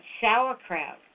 sauerkraut